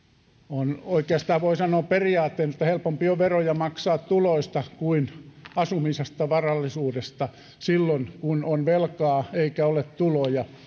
oikeastaan voi sanoa periaatteena että on helpompi maksaa veroja tuloista kuin asumisesta varallisuudesta silloin kun on velkaa eikä ole tuloja